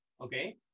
okay